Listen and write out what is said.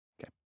Okay